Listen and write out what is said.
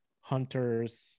hunters